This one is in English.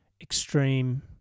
extreme